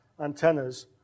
antennas